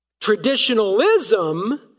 Traditionalism